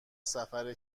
سفر